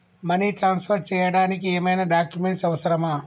Money transfer చేయడానికి ఏమైనా documents అవసరమా?